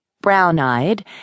brown-eyed